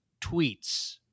tweets